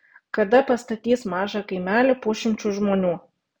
kada pastatys mažą kaimelį pusšimčiui žmonių